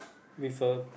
with a